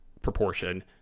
proportion